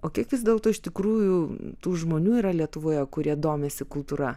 o kiek vis dėlto iš tikrųjų tų žmonių yra lietuvoje kurie domisi kultūra